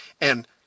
and—